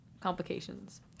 Complications